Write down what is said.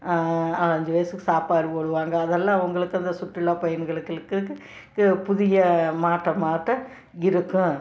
அஞ்சு வயசுக்கு சாப்பாடு போடுவாங்க அதெல்லாம் அவங்களுக்கு அந்த சுற்றுலா பயணிகள்களுக்கு புதிய மாற்றம் மாட்டம் இருக்கும்